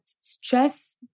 stress